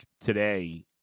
today